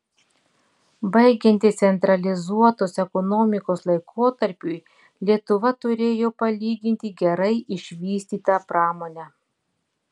baigiantis centralizuotos ekonomikos laikotarpiui lietuva turėjo palyginti gerai išvystytą pramonę